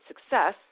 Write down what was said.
Success